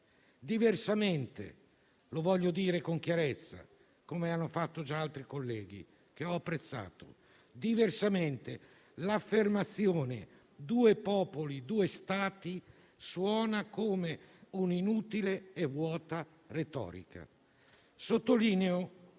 Diversamente - lo voglio dire con chiarezza, come hanno fatto già altri colleghi, che ho apprezzato - l'affermazione "due popoli, due Stati" suona come un'inutile e vuota retorica. Sottolineo